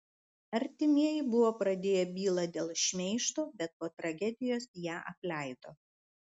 artimieji buvo pradėję bylą dėl šmeižto bet po tragedijos ją apleido